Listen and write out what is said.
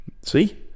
See